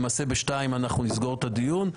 למעשה ב-14:00 נסגור את הדיון.